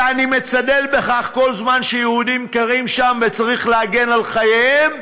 ואני מצדד בכך כל זמן שיהודים גרים שם וצריך להגן על חייהם,